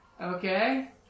Okay